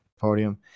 Podium